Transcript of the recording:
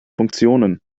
funktionen